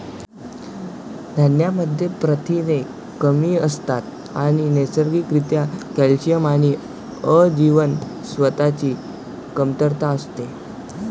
धान्यांमध्ये प्रथिने कमी असतात आणि नैसर्गिक रित्या कॅल्शियम आणि अ जीवनसत्वाची कमतरता असते